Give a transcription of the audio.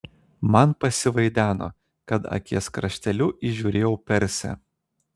man pasivaideno kad akies krašteliu įžiūrėjau persę